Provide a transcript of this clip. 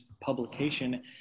publication